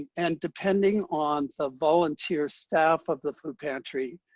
and depending on the volunteer staff of the food pantry,